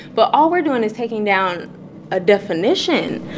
but all we're doing is taking down a definition.